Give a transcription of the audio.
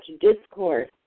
discourse